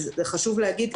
חשוב להגיד,